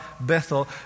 Bethel